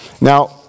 Now